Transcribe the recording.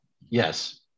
yes